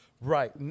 Right